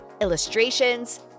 illustrations